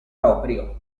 proprio